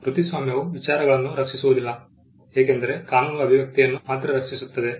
ಕೃತಿಸ್ವಾಮ್ಯವು ವಿಚಾರಗಳನ್ನು ರಕ್ಷಿಸುವುದಿಲ್ಲ ಏಕೆಂದರೆ ಕಾನೂನು ಅಭಿವ್ಯಕ್ತಿಯನ್ನು ಮಾತ್ರ ರಕ್ಷಿಸುತ್ತದೆ